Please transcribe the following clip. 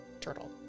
Turtle